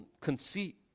conceit